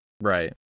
Right